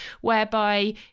whereby